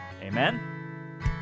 Amen